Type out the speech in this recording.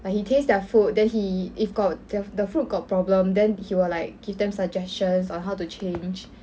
like he taste their food then he if got the the food got problem then he will like give them suggestions on how to change